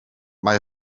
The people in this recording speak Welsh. mae